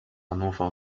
hannover